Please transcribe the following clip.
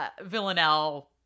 Villanelle